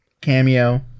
cameo